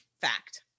fact